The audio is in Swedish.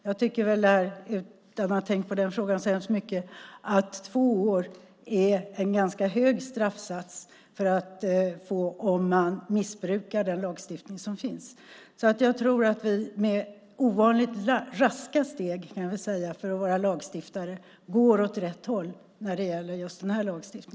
Jag tycker, utan att ha tänkt på den frågan så hemskt mycket, att två år är en ganska hög straffsats om man missbrukar den lagstiftning som finns. Jag tror alltså att vi med ovanligt raska steg för att vara lagstiftare går åt rätt håll när det gäller just detta.